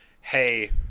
hey